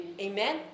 amen